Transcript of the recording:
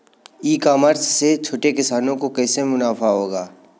ई commerce से छोटे किसानों को कैसे मुनाफा होगा?